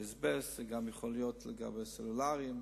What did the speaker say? זה יכול להיות גם אנטנות סלולריות,